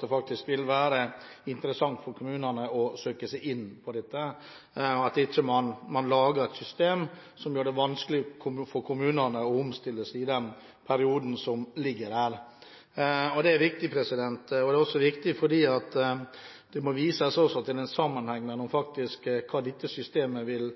det faktisk vil være interessant for kommunene å søke på dette, og at man ikke lager et system som gjør det vanskelig for kommunene å omstille seg i den perioden som ligger der. Det er viktig, og det er også viktig fordi det må vises til en sammenheng mellom hva dette systemet faktisk vil